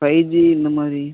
five G இந்த மாதிரி